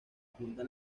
junta